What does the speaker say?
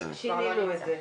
שינינו את זה.